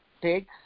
take